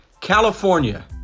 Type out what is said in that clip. California